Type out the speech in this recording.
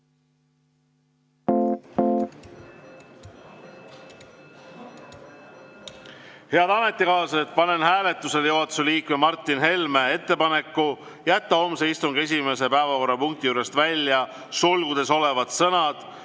Head ametikaaslased, panen hääletusele juhatuse liikme Martin Helme ettepaneku jätta homse istungi esimese päevakorrapunkti juurest välja sulgudes olevad sõnad